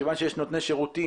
מכיוון שיש נותני שירותים,